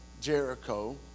Jericho